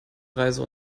reise